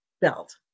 belt